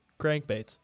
crankbaits